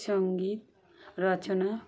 সঙ্গীত রচনা